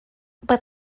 but